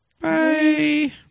Bye